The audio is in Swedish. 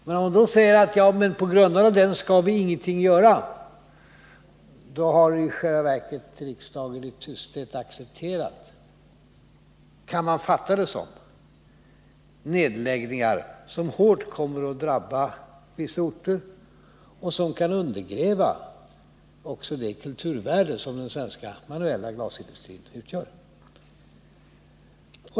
Men om riksdagen uttalar att den i väntan på planen inte skall göra någonting, då har man i själva verket i tysthet accepterat — kan man fatta det som — nedläggningar som hårt kommer att drabba vissa orter och som också kan undergräva det kulturvärde som den svenska, manuella glasindustrin utgör.